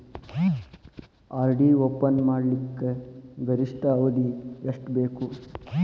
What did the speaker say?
RD open ಮಾಡಲಿಕ್ಕ ಗರಿಷ್ಠ ಅವಧಿ ಎಷ್ಟ ಬೇಕು?